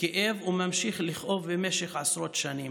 כאב וממשיך לכאוב במשך עשרות שנים,